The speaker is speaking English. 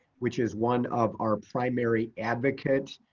which is one of our primary advocates,